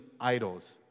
idols